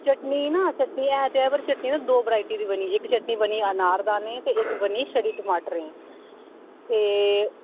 चटनी न दो वैरायटी दी बनी दी इक ते बनी दी अनार दाने दी इक बनी दी छड़ी टमाटरे दी ते